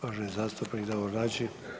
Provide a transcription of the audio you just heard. uvaženi zastupnik Davor Nađi.